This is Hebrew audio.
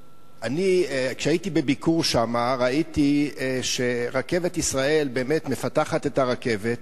כשהייתי בביקור שם ראיתי ש"רכבת ישראל" באמת מפתחת את הרכבת,